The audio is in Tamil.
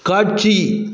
காட்சி